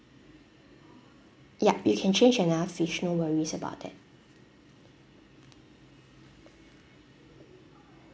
yup you can change another fish no worries about that